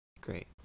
Great